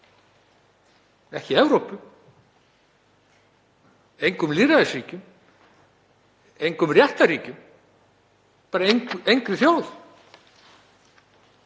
ekki í Evrópu, engum lýðræðisríkjum, engum réttarríkjum, bara engri þjóð.